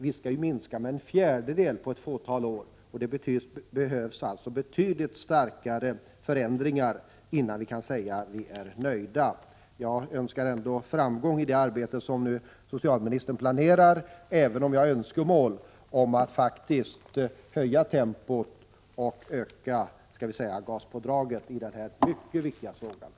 Vi skall ju minska alkoholkonsumtionen med en fjärdedel under ett fåtal år. Det behövs alltså betydligt större förändringar innan vi kan säga att vi är nöjda. Jag önskar ändå socialministern framgång i det arbete som hon nu planerar, även om jag har önskemål om att man skall öka tempot och engagemanget i dessa mycket viktiga frågor.